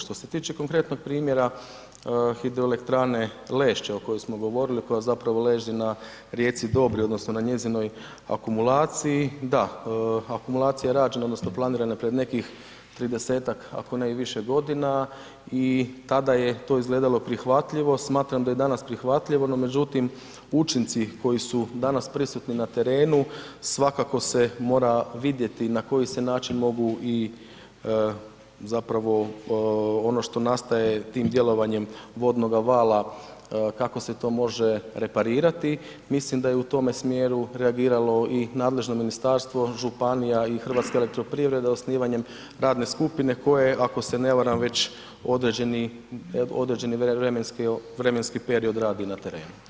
Što se tiče konkretnog primjera Hidroelektrane Lešće o kojoj smo govorili, koja zapravo leži na rijeci Dobri odnosno na njezinoj akumulaciji, da akumulacija je rađena odnosno planirana pred nekih 30-tak, ako ne i više godina i tada je to izgledalo prihvatljivo, smatram da je danas prihvatljivo, no međutim učinci koji su danas prisutni na terenu svakako se mora vidjeti na koji se način mogu i zapravo ono što nastaje tim djelovanjem vodnoga vala kako se to može reparirati, mislim da je u tome smjeru reagiralo i nadležno ministarstvo, županija i Hrvatske elektroprivreda osnivanjem radne skupine, koje ako se ne varam već određeni vremenski period radi na terenu.